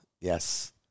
Yes